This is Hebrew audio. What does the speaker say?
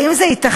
האם זה ייתכן?